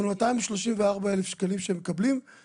מול אותם 34 אלף שקלים שמקבלים,